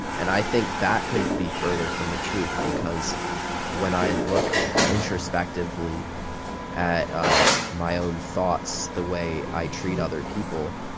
and i think that couldn't be further from the truth because when i look introspectively at my own thoughts, the way i treat other people,